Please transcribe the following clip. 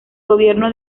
gobierno